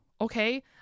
Okay